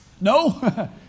No